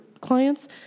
clients